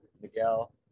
Miguel